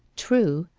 true,